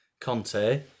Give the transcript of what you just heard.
Conte